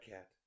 Cat